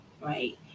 right